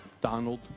Donald